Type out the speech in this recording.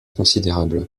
considérable